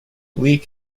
bleak